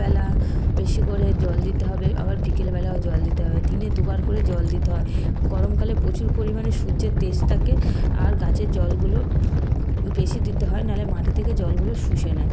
বেলা বেশি করে জল দিতে হবে আবার বিকেল বেলাও জল দিতে হবে দিনে দুবার করে জল দিতে হয় গরমকালে প্রচুর পরিমাণে সূর্যের তেজ থাকে আর গাছের জলগুলো বেশি দিতে হয় নাহলে মাটি থেকে জলগুলো শুষে নেয়